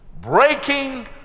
breaking